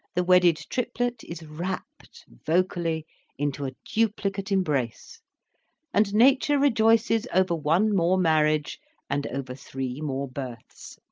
the wedded triplet is rapt vocally into a duplicate embrace and nature rejoices over one more marriage and over three more births.